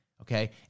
okay